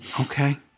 Okay